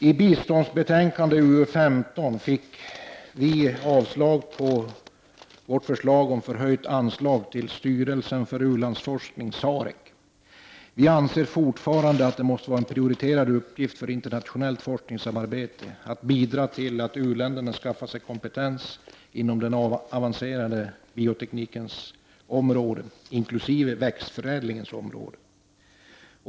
I biståndsbetänkandet UU15 avstyrktes vårt förslag om förhöjt anslag till styrelsen för u-landsforskning, SAREC. Vi anser fortfarande att det måste vara en prioriterad uppgift för internationellt forskningsarbete att bidra till att u-länderna skaffar sig kompetens inom den avancerade bioteknikens, inkl. växtförädlingens, område.